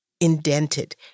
indented